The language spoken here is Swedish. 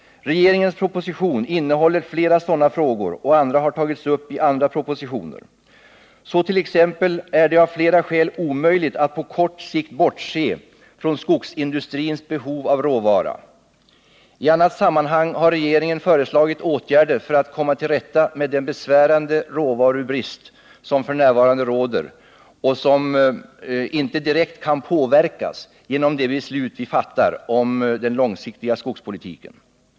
Regeringens proposition innehåller flera sådana frågor, och andra har tagits upp i andra propositioner. Så ärdett.ex. av flera skäl omöjligt att på kort sikt bortse från skogsindustrins behov av råvara. I annat sammanhang har regeringen föreslagit åtgärder för att komma till rätta med den besvärande råvarubrist som f. n. råder och som inte direkt kan påverkas genom det beslut vi fattat om den långsiktiga skogspolitiken.